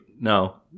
no